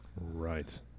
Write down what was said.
Right